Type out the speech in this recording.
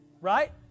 right